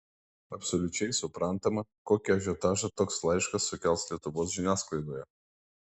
absoliučiai suprantama kokį ažiotažą toks laiškas sukels lietuvos žiniasklaidoje